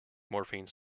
morphine